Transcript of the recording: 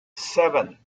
seven